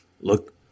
look